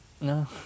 No